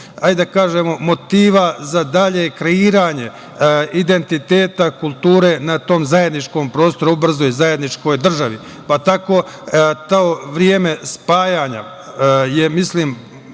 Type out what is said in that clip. hajde da kažemo, motiva za dalje kreiranje identiteta kulture na tom zajedničkom prostoru a ubrzo i zajedničkoj državi. Tako je to vreme spajanja, mislim,